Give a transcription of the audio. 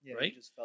Right